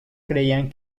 creían